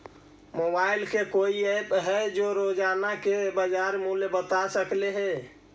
Mobile के कोइ app है जो कि रोजाना के बाजार मुलय बता सकले हे?